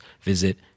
visit